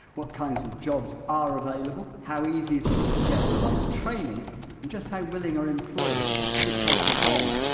what kinds of jobs are available, how easy is it to get the right training and just how willing are employers to take us on?